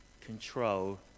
control